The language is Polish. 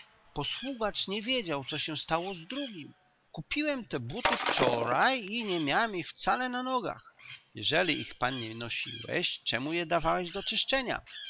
posługacz nie wiedział co się stało z drugim kupiłem te buty wczoraj i nie miałem ich wcale na nogach jeżeli ich pan nie nosiłeś czemu je dawałeś do czyszczenia